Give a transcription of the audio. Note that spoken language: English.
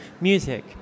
music